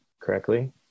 correctly